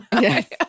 Yes